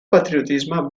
patriotisme